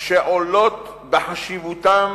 שעולות בחשיבותן